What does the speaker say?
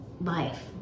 life